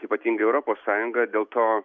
ypatingai europos sąjunga dėl to